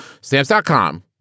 Stamps.com